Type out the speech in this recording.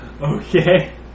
Okay